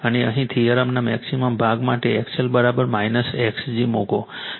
અને અહીં થિયરમના મેક્સિમમ ભાગ માટે XL X g મૂકો